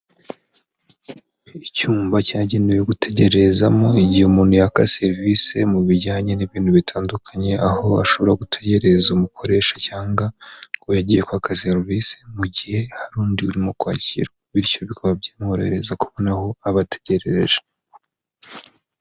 Icyumba cyagenewe gutegerezamo igihe umuntu yaka serivisi mu bijyanye n'ibintu bitandukanye aho ashobora gutegereza umukoresha cyangwa uwo yagiye kwaka serivisi mu gihe hari undi urimo kwakira bityo bikaba byamworohereza kubona aho abategerereje.